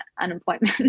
unemployment